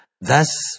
Thus